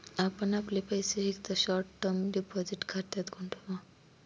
आपण आपले पैसे एकदा शॉर्ट टर्म डिपॉझिट खात्यात गुंतवा